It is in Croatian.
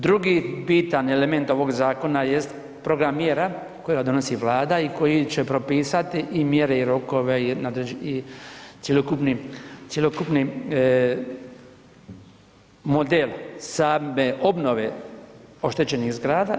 Drugi bitan element ovog zakona jest program mjera koje donosi Vlada i koji će propisati i mjere i rokove i cjelokupni model same obnove oštećenih zgrada.